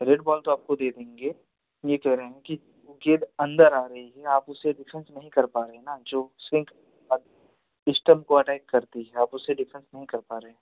red ball तो आपको दे देंगे यह कह रहे हैं कि गेंद अंदर आ रही है या आप उसे डिफेंस नहीं कर पा रहे हैं ना जो स्विंक अद पिस्टन को अटैक करती है आप उसे डिफेंस नहीं कर पा रहें